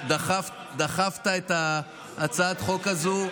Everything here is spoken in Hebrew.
אתה דחפת את הצעת החוק הזו,